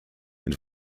and